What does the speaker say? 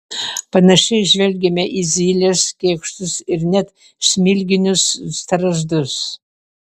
panašiai žvelgiame į zyles kėkštus ir net smilginius strazdus